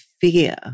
fear